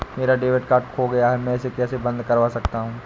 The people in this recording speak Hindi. मेरा डेबिट कार्ड खो गया है मैं इसे कैसे बंद करवा सकता हूँ?